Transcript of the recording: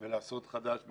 ולעשות חדש במקומו,